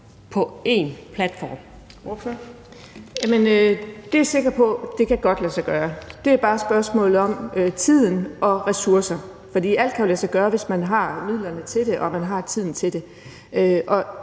(S): Jamen jeg er sikker på, at det godt kan lade sig gøre. Det er bare et spørgsmål om tid og ressourcer, for alt kan jo lade sig gøre, hvis man har midlerne til det og man har tiden til det.